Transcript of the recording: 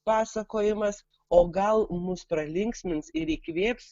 pasakojimas o gal mus pralinksmins ir įkvėps